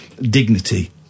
Dignity